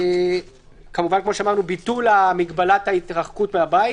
כמובן כמו שאמרנו ביטול הגבלת ההתרחקות מהבית